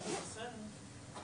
וזה תלוי בכם,